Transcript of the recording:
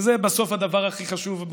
וזה בסוף הדבר הכי חשוב.